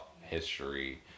history